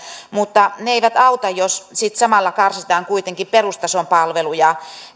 mutta ne eivät auta jos sitten samalla karsitaan kuitenkin perustason palveluja